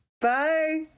Bye